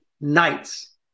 nights